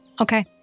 Okay